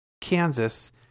Kansas